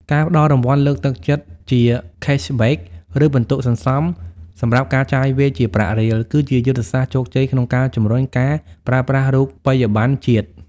ការផ្ដល់រង្វាន់លើកទឹកចិត្តជា "Cashback" ឬពិន្ទុសន្សំសម្រាប់ការចាយវាយជាប្រាក់រៀល គឺជាយុទ្ធសាស្ត្រជោគជ័យក្នុងការជម្រុញការប្រើប្រាស់រូបិយបណ្ណជាតិ។